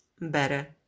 better